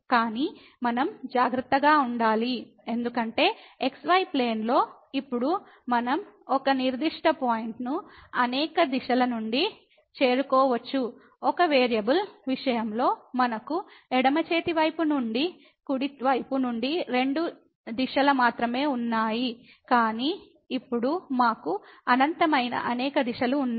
కానీ మనం జాగ్రత్తగా ఉండాలి ఎందుకంటే xy ప్లేన్ లో ఇప్పుడు మనం ఒక నిర్దిష్ట పాయింట్ ను అనేక దిశల నుండి చేరుకోవచ్చు ఒక వేరియబుల్ విషయంలో మనకు ఎడమ చేతి వైపు నుండి కుడి వైపు నుండి రెండు దిశలు మాత్రమే ఉన్నాయి కానీ ఇప్పుడు మాకు అనంతమైన అనేక దిశలు ఉన్నాయి